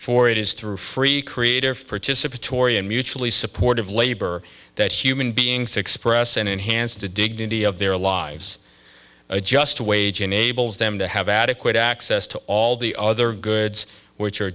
for it is through free creative participatory and mutually supportive labor that human beings express and enhanced the dignity of their lives just to wage enables them to have adequate access to all the other goods which are